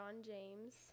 James